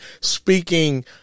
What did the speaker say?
speaking